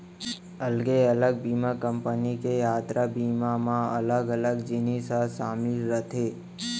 अलगे अलग बीमा कंपनी के यातरा बीमा म अलग अलग जिनिस ह सामिल रथे